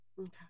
Okay